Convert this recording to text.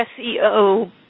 SEO